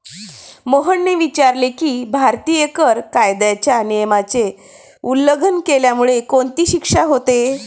मोहनने विचारले की, भारतीय कर कायद्याच्या नियमाचे उल्लंघन केल्यामुळे कोणती शिक्षा होते?